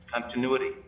Continuity